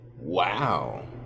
Wow